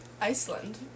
Iceland